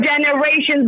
generations